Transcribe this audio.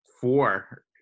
four